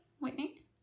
Whitney